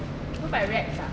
you mean by reps ha